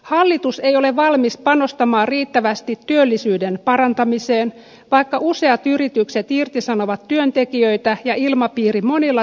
hallitus ei ole valmis panostamaan riittävästi työllisyyden parantamiseen vaikka useat yritykset irtisanovat työntekijöitä ja ilmapiiri monilla työpaikoilla kiristyy